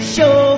Show